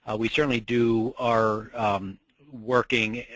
ah we certainly do our working